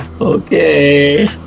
Okay